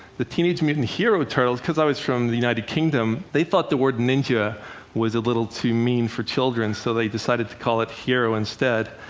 the teenage mutant hero turtles. because i was from the united kingdom, they thought the word ninja was a little too mean for children, children, so they decided to call it hero instead.